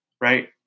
Right